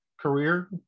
career